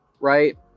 right